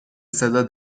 صدا